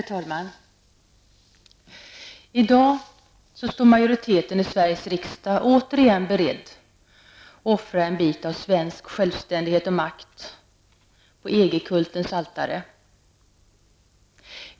Herr talman! I dag står majoriteten i Sveriges riksdag återigen beredd att offra en bit av svensk självständighet och makt på EG-kultens altare.